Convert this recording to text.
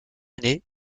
année